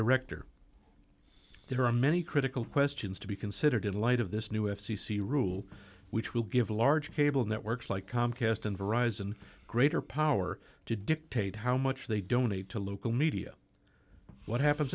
director there are many critical questions to be considered in light of this new f c c rule which will give large cable networks like comcast and verizon greater power to dictate how much they donate to local media what happens